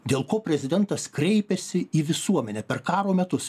dėl ko prezidentas kreipėsi į visuomenę per karo metus